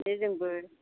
मानि जोंबो